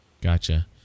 Gotcha